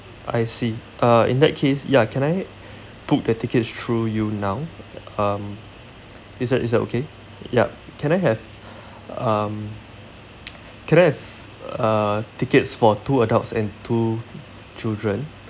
I see uh in that case ya can I book the tickets through you now um is that is that okay yup can I have um can I have uh tickets for two adults and two children